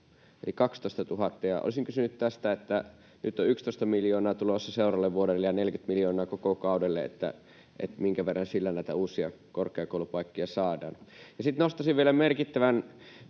eli 12 000. Olisin kysynyt tästä, että kun nyt on 11 miljoonaa tulossa seuraavalle vuodelle ja 40 miljoonaa koko kaudelle, niin minkä verran sillä näitä uusia korkeakoulupaikkoja saadaan. Sitten nostaisin vielä sen, että